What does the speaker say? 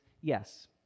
yes